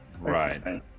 Right